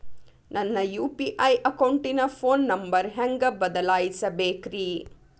ನನ್ನ ಯು.ಪಿ.ಐ ಅಕೌಂಟಿನ phone number ಹೆಂಗ್ ಬದಲಾಯಿಸ ಬೇಕ್ರಿ?